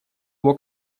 его